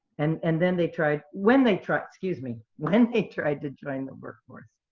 and and then they tried when they tried excuse me, when they tried to join the workforce,